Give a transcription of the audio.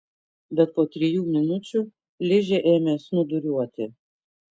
bet po trijų minučių ližė ėmė snūduriuoti